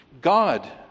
God